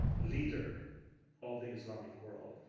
leader of the islamic world.